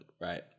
Right